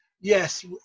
yes